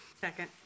Second